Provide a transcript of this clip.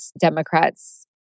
Democrats